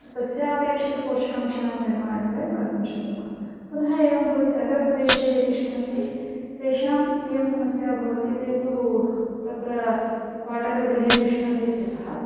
सस्यापेक्षितपोषकांशानां निर्माणं वयं कर्तुं शक्नुमः पुनः एवं भवति नगरप्रदेशे ये तिष्ठन्ति तेषाम् इयं समस्या भवति ते तु तत्र भाटकगृहे तिष्ठन्ति इत्यतः